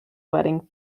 wedding